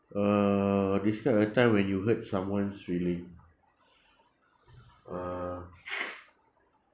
uh describe a a time when you hurt someone's feeling uh